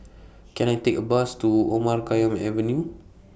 Can I Take A Bus to Omar Khayyam Avenue